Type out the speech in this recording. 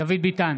דוד ביטן,